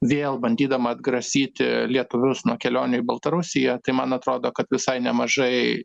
vėl bandydama atgrasyti lietuvius nuo kelionių į baltarusiją tai man atrodo kad visai nemažai